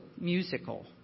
musical